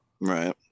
Right